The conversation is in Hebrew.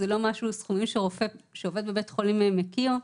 זה לא משהו שרופא שעובד בבית חולים מכיר.